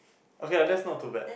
okay lah that's not too bad